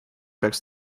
peaks